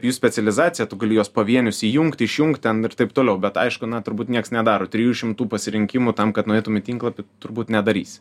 jų specializacija tu gali juos pavienius įjungt išjungt ten ir taip toliau bet aišku na turbūt nieks nedaro trijų šimtų pasirinkimų tam kad nueitum į tinklapį turbūt nedarysi